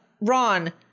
ron